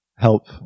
help